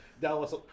Dallas